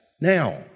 now